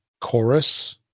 Chorus